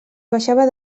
baixava